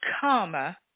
karma